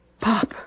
Pop